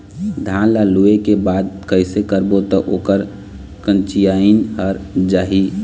धान ला लुए के बाद कइसे करबो त ओकर कंचीयायिन हर जाही?